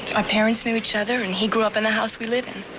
our parents knew each other and he grew up in the house we live in.